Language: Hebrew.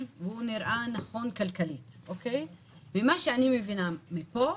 והוא נראה נכון כלכלית ומה שאני מבינה מפה,